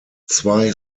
zwei